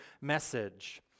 message